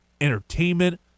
entertainment